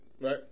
Right